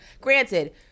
granted